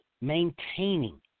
maintaining